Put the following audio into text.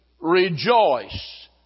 rejoice